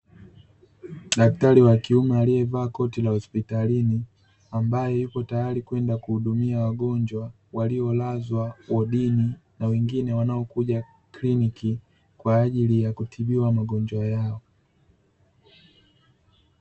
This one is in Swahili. Daktari wa kiume aliyevaa koti la hospitalini, ambaye yuko tayari kwenda kuhudumia wagonjwa waliolazwa wodini na wengine wanaokuja kliniki kwa ajili ya kutibiwa magonjwa yao.